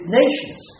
nations